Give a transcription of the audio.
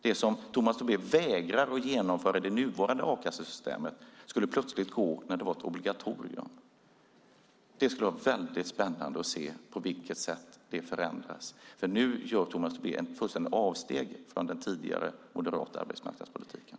Det som Tomas Tobé vägrar genomföra i det nuvarande a-kassesystemet skulle plötsligt gå i ett obligatorium. Det skulle vara spännande att se på vilket sätt det förändras, för nu gör Tomas Tobé ett fullständigt avsteg från den tidigare moderata arbetsmarknadspolitiken.